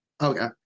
okay